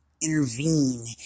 intervene